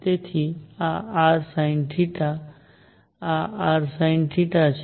તેથી આ rsinθ છે આ rsinθ છે